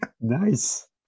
Nice